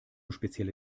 spezielle